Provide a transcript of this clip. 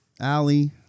Ali